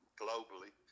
globally